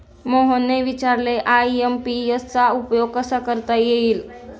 मोहनने विचारले आय.एम.पी.एस चा उपयोग कसा करता येईल?